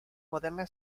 moderna